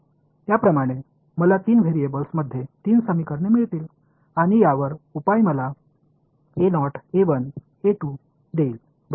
எனவே நீங்கள் பெறுவீர்கள் இதுபோன்று நான் மூன்று மாறிகள் மூன்று சமன்பாடுகளைப் பெறுவேன் இதற்கான தீர்வு எனக்கு ஐ தரும்